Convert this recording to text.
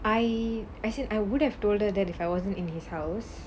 I I said I would have told her that if I wasn't in his house